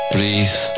Breathe